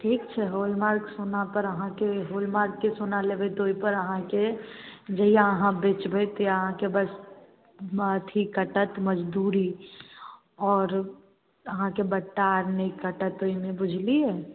ठीक छै होलमार्क सोनापर अहाँके होलमार्कके सोना लेबै तऽ ओहिपर अहाँकेँ जहिआ अहाँ बेचबै तहिआ अहाँकेॅं बस अथी कटत मजदूरी आओर अहाँकेँ बट्टा आर नहि कटत ओहिमे बुझलियै